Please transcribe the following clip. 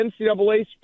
NCAA